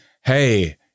hey